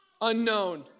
unknown